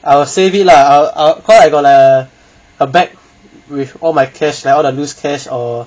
I will save it lah I wi~ cause I got a bag with all my cash like all the loose cash or